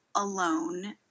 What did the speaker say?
Alone